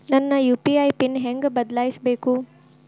ನನ್ನ UPI pin ಹೆಂಗ್ ಬದ್ಲಾಯಿಸ್ಬೇಕು?